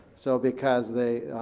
so because they,